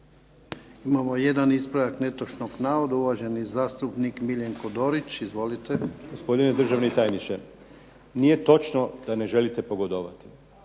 Imamo jedan ispravak netočnog navoda, uvaženi zastupnik Miljenko Dorić. Izvolite. **Dorić, Miljenko (HNS)** Gospodine državni tajniče, nije točno da ne želite pogodovati.